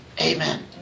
amen